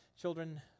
Children